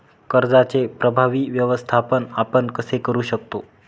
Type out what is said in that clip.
कर्जाचे प्रभावी व्यवस्थापन आपण कसे करु शकतो?